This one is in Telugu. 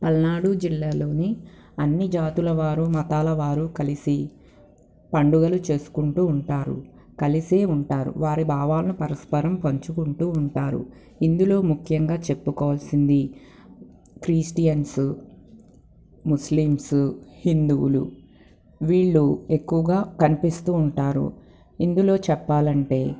పల్నాడు జిల్లాలోని అన్ని జాతుల వారు మతాలవారు కలిసి పండుగలు చేసుకుంటూ ఉంటారు కలిసే ఉంటారు వారి భావాలను పరస్పరం పంచుకుంటూ ఉంటారు ఇందులో ముఖ్యంగా చెప్పుకోవల్సింది క్రిస్టియన్సు ముస్లిమ్సు హిందువులు వీళ్ళు ఎక్కువుగా కనిపిస్తూ ఉంటారు ఇందులో చెప్పాలంటే